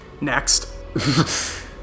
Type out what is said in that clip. Next